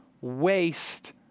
waste